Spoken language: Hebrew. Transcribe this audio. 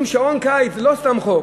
עם שעון קיץ, זה לא סתם חוק,